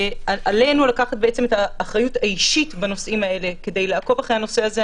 עלינו לקחת אחריות אישית בנושאים האלה כדי לעקוב אחרי הנושא הזה.